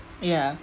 ya